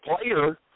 player